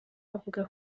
bavuga